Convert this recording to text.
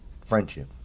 friendship